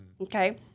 Okay